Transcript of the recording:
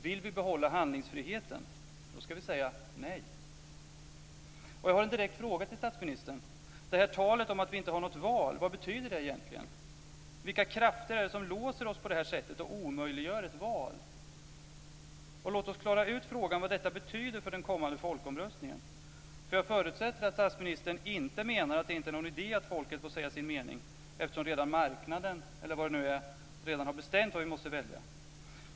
Vill vi behålla handlingsfriheten ska vi säga nej. Jag har en direkt fråga till statsministern: Det här talet om att vi inte har något val, vad betyder det egentligen? Vilka krafter är det som låser oss på det här sättet och omöjliggör ett val? Låt oss klara ut frågan vad detta betyder för den kommande folkomröstningen, för jag förutsätter att statsministern inte menar att det inte är någon idé att folket får säga sin mening eftersom marknaden, eller vad det nu är, redan har bestämt vad vi måste välja.